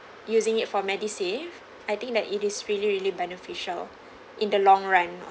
using it for MediSave I think that it is really really beneficial in the long run